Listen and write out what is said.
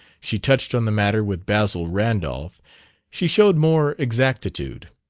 she touched on the matter with basil randolph she showed more exactitude.